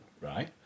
right